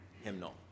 hymnal